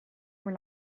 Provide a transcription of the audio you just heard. bhur